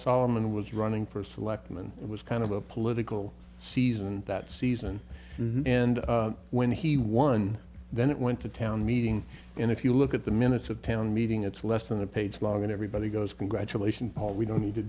solman was running for selectman it was kind of a political season that season and when he won then it went to town meeting and if you look at the minutes of town meeting it's less than a page long and everybody goes congratulation paul we don't need to